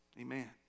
Amen